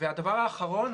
הדבר האחרון.